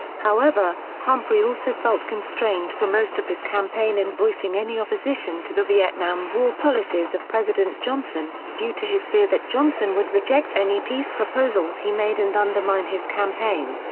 however, humphrey also felt constrained for most of his campaign in voicing any opposition to the vietnam war policies of president johnson, due to his fear that johnson would reject any peace proposals he made and undermine his campaign.